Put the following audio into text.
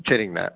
சரிங்கண்ணா